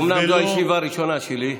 אומנם זו הישיבה הראשונה שלי,